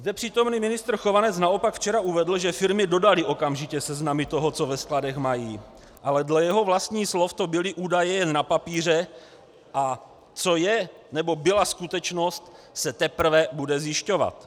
Zde přítomný ministr Chovanec naopak včera uvedl, že firmy dodaly okamžitě seznamy toho, co ve skladech mají, ale dle jeho vlastních slov to byly údaje jen na papíře, a co je, nebo byla skutečnost, se teprve bude zjišťovat.